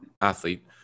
athlete